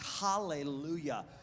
Hallelujah